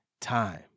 time